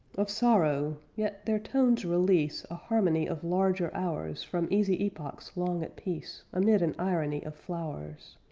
of sorrow yet their tones release a harmony of larger hours from easy epochs long at peace amid an irony of flowers.